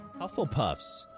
Hufflepuffs